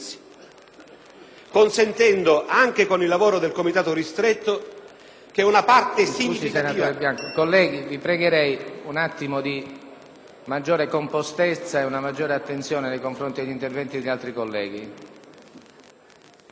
consentendo, anche con il lavoro del Comitato ristretto, che una parte significativa...